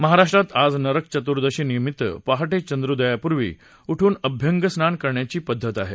महाराष्ट्रात आज नरकचतुईशी निमित्त पहाटे चंद्रोदयापूर्वी उठून अभ्यंगस्नान करण्याची पद्धत आहे